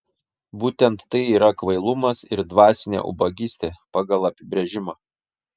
būtent tai yra kvailumas ir dvasinė ubagystė pagal apibrėžimą